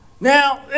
Now